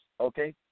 okay